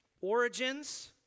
Origins